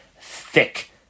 thick